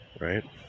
Right